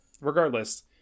regardless